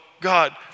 God